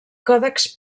còdexs